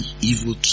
evil